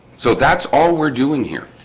so that's all we're doing here